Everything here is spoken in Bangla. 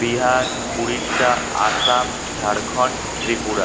বিহার উড়িষ্যা আসাম ঝাড়খণ্ড ত্রিপুরা